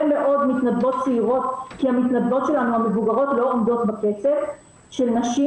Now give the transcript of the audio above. מאוד מתנדבות צעירות כי המתנדבות המבוגרות שלנו לא עומדות בקצב של נשים